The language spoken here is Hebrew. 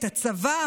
הצבא,